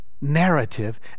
narrative